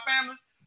families